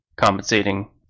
compensating